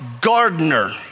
gardener